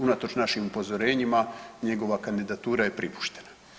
Unatoč našim upozorenjima njegova kandidatura je pripuštena.